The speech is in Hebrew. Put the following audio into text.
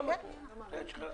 אנחנו משוכנעים.